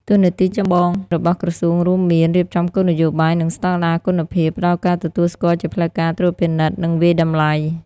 តួនាទីចម្បងរបស់ក្រសួងរួមមាន រៀបចំគោលនយោបាយ និងស្តង់ដារគុណភាព ផ្តល់ការទទួលស្គាល់ជាផ្លូវការ ត្រួតពិនិត្យ និងវាយតម្លៃ។